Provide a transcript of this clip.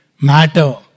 Matter